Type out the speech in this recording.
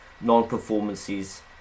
Non-performances